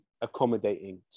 accommodating